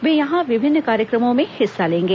वे यहां विभिन्न कार्यक्रमों में हिस्सा लेंगे